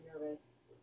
nervous